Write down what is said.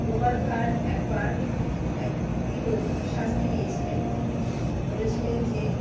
গোপাল ভাঁড় একবার একটি লোককে শাস্তি দিয়েছিলেন বলেছিলেন যে